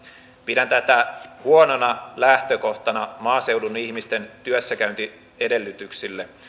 pidän tätä huonona lähtökohtana maaseudun ihmisten työssäkäyntiedellytyksille